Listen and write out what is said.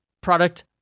product